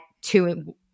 two –